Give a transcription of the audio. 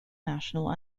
national